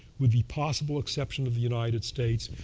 with the possible exception of the united states,